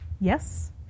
Yes